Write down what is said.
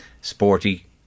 sporty